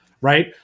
right